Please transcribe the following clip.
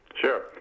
Sure